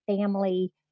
family